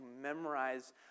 memorize